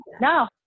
no